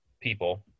people